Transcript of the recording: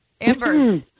Amber